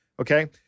Okay